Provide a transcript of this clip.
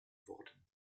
worden